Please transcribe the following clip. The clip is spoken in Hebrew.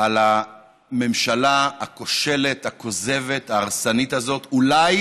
על הממשלה הכושלת, הכוזבת, ההרסנית הזאת, אולי